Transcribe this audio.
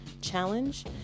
challenge